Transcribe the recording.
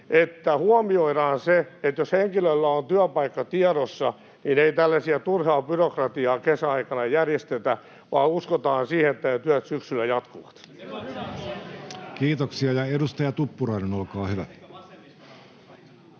että huomioidaan se, että jos henkilöllä on työpaikka tiedossa, niin ei tällaista turhaa byrokratiaa kesäaikana järjestetä, vaan uskotaan siihen, että ne työt syksyllä jatkuvat. [Timo Heinonen: Tällaisenko